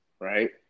right